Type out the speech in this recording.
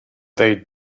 they